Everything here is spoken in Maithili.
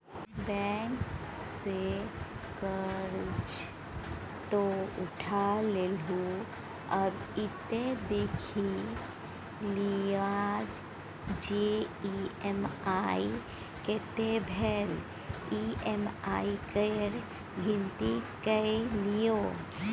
बैंक सँ करजा तँ उठा लेलहुँ आब ई त देखि लिअ जे ई.एम.आई कतेक भेल ई.एम.आई केर गिनती कए लियौ